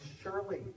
surely